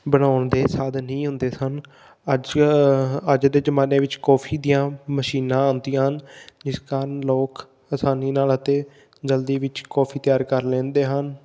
ਬਣਾਉਣ ਦੇ ਸਾਧਨ ਨਹੀਂ ਹੁੰਦੇ ਸਨ ਅੱਜ ਅੱਜ ਦੇ ਜਮਾਨੇ ਵਿੱਚ ਕੌਫੀ ਦੀਆਂ ਮਸ਼ੀਨਾਂ ਆਉਂਦੀਆਂ ਹਨ ਜਿਸ ਕਾਰਣ ਲੋਕ ਆਸਾਨੀ ਨਾਲ ਅਤੇ ਜਲਦੀ ਵਿੱਚ ਕੌਫੀ ਤਿਆਰ ਕਰ ਲੈਂਦੇ ਹਨ